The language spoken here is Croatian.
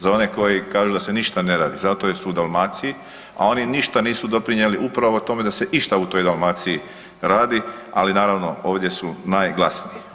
Za one koji kažu da se ništa ne radi zato jer su u Dalmaciji, a oni ništa nisu doprinijeli upravo tome da se išta u toj Dalmaciji radi, ali naravno ovdje su najglasniji.